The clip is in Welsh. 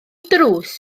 drws